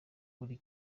buri